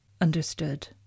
understood